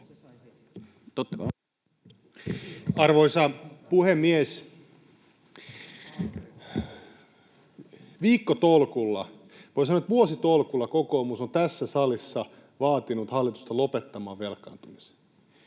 Arvoisa puhemies! Viikkotolkulla, voi sanoa, vuositolkulla kokoomus on tässä salissa vaatinut hallitusta lopettamaan velkaantumisen,